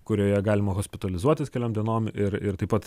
kurioje galima hospitalizuotis keliom dienom ir ir taip pat